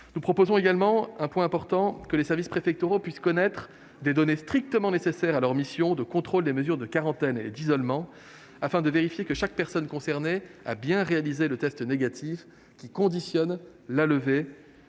Nous proposons également, et c'est important, que les services préfectoraux puissent connaître des données strictement nécessaires à leur mission de contrôle des mesures de quarantaine et d'isolement, afin de vérifier que chaque personne concernée a bien réalisé le test négatif conditionnant la levée